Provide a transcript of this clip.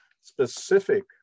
specific